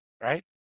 right